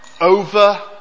over